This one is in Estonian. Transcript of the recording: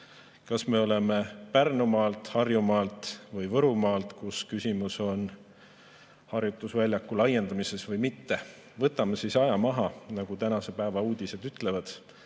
kas me oleme Pärnumaalt, Harjumaalt või Võrumaalt, kus küsimus on harjutusväljaku laiendamises või mitte. Võtame aja maha, nagu tänase päeva uudised ütlevad.